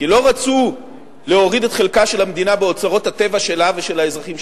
כי לא רצו להוריד את חלקה של המדינה באוצרות הטבע שלה ושל האזרחים,